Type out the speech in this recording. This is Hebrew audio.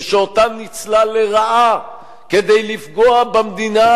ושאותן ניצלה לרעה כדי לפגוע במדינה